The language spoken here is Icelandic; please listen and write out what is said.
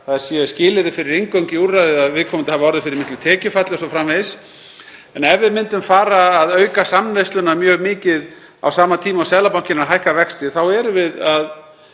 það sé skilyrði fyrir inngöngu í úrræðið að viðkomandi hafi orðið fyrir miklu tekjufalli o.s.frv. En ef við myndum fara að auka samneysluna mjög mikið á sama tíma og Seðlabankinn hækkar vexti þá erum við að